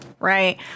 Right